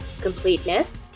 completeness